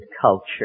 culture